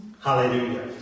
Hallelujah